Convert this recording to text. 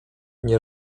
nie